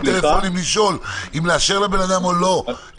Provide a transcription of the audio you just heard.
טלפונים כדי לשאול אם לאשר לבן אדם או לא.